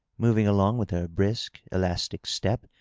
moving along with her brisk, elastic step,